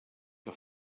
que